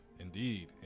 Indeed